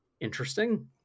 interesting